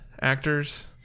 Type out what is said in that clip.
actors